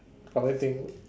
only thing